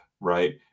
right